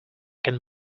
can